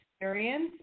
experience